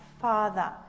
father